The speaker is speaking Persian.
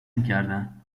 میکردن